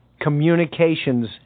communications